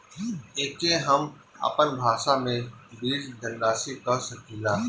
एके हम आपन भाषा मे बीज धनराशि कह सकीला